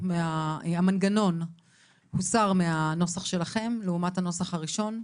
המנגנון הוסר מהנוסח שלכם לעומת הנוסח הראשון.